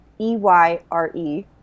E-Y-R-E